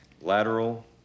lateral